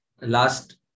last